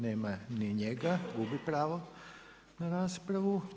Nema ni njega, gubi pravo na raspravu.